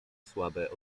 słabe